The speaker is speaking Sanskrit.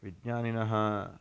विज्ञानिनः